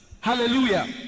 Hallelujah